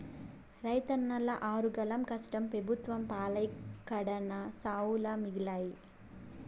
రైతన్నల ఆరుగాలం కష్టం పెబుత్వం పాలై కడన్నా సావులే మిగిలాయి